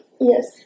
Yes